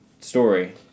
story